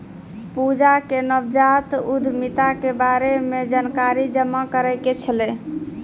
पूजा के नवजात उद्यमिता के बारे मे जानकारी जमा करै के छलै